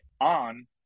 on